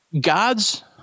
God's